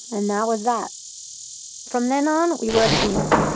and that was that from then on, we were a team.